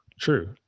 True